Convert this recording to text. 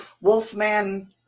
Wolfman